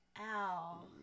Ow